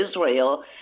Israel